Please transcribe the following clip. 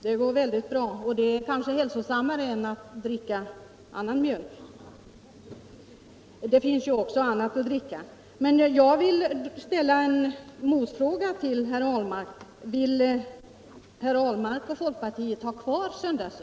Det går väldigt bra, och det är kanske hälsosammare än att dricka söt mjölk. Det finns också annat att dricka. Jag vill ställa en motfråga till herr Ahlmark: Vill herr Ahlmark och folkpartiet ha söndagsöppet kvar?